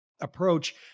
approach